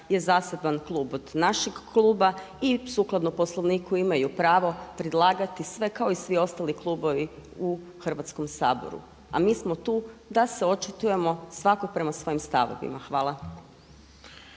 je zaseban klub od našeg kluba i sukladno Poslovniku imaju pravo predlagati sve kao i svi ostali klubovi u Hrvatskom saboru. A mi smo tu da se očitujemo svatko prema svojim stavovima. Hvala.